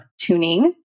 tuning